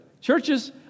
churches